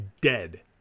dead